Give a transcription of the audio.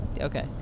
Okay